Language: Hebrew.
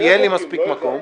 כי אין לי מספיק מקום,